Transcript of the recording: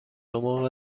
موقع